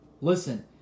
Listen